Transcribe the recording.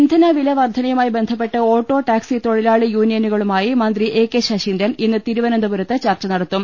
ഇന്ധനവിലവർധയുമായി ബന്ധപ്പെട്ട് auto taxi തൊഴി യൂണിയനു കളു മായി പ്രി ലാളി മന്തി എ കെ ശശീന്ദ്രൻ ഇന്ന് തിരുവനന്തപുരത്ത് ചർച്ച് നടത്തും